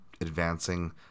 advancing